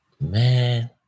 Man